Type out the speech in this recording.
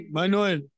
Manuel